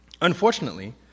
Unfortunately